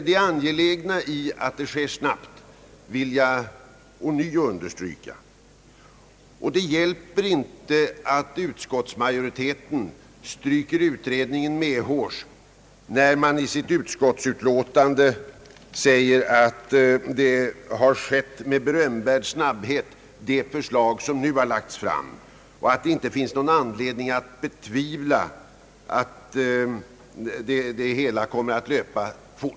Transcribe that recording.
Det angelägna i att utredningsarbetet sker snabbt vill jag emellertid ånyo understryka. Det hjälper inte att utskottsmajoriteten stryker utredningen medhårs när den i sitt utlåtande säger att det förslag som nu har lagts fram har åstadkommits med berömvärd snabbhet och att det inte finns någon anledning att betvivla att det hela kommer att löpa snabbt.